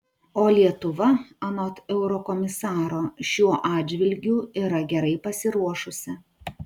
o lietuva anot eurokomisaro šiuo atžvilgiu yra gerai pasiruošusi